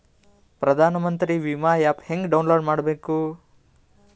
ಪ್ರಧಾನಮಂತ್ರಿ ವಿಮಾ ಆ್ಯಪ್ ಹೆಂಗ ಡೌನ್ಲೋಡ್ ಮಾಡಬೇಕು?